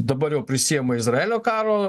dabar jau prisiima izraelio karo